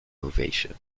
ovation